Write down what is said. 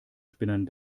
spinnern